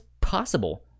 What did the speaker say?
possible